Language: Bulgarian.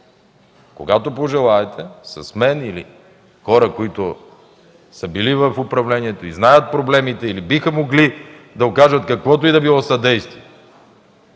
да говорите с мен или хора, които са били в управлението и знаят проблемите, или биха могли да окажат каквото и да било съдействие.